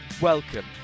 welcome